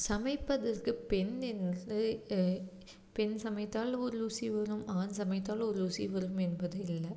சமைப்பதற்கு பெண் என் பெண் சமைத்தால் ஒரு ருசி வரும் ஆண் சமைத்தால் ஒரு ருசி வரும் என்பது இல்லை